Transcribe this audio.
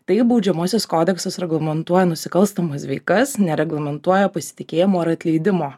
tai baudžiamasis kodeksas reglamentuoja nusikalstamas veikas nereglamentuoja pasitikėjimo ar atleidimo